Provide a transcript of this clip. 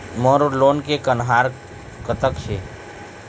मोर loan के कन्हार कतक हे?